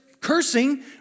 cursing